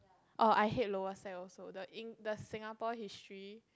oh I hate lower sec also the ing~ the Singapore history